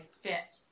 fit